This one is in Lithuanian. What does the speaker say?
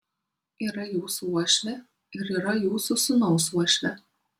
yra jūsų uošvė ir yra jūsų sūnaus uošvė